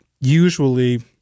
usually